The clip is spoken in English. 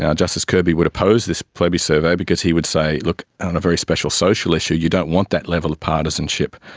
and justice kirby would oppose this plebi-survey because he would say, look, on a very special social issue you don't want that level of partisanship.